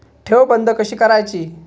ठेव बंद कशी करायची?